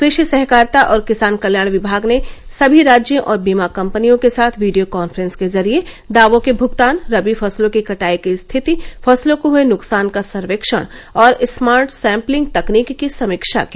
कृषि सहकारिता और किसान कल्याण विभाग ने सभी राज्यों और बीमा कंपनियों के साथ वीडियों कांफ्रेंस के जरिये दावों के भूगतान रबी फसलों की कटाई की स्थिति फसलों को हए नुकसान का सर्वेक्षण और स्मार्ट सैंप्लिंग तकनीक की समीक्षा की